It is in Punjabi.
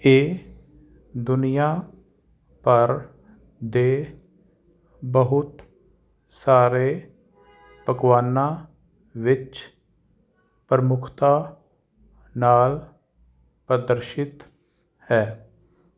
ਇਹ ਦੁਨੀਆਂ ਭਰ ਦੇ ਬਹੁਤ ਸਾਰੇ ਪਕਵਾਨਾਂ ਵਿੱਚ ਪ੍ਰਮੁੱਖਤਾ ਨਾਲ ਪ੍ਰਦਰਸ਼ਿਤ ਹੈ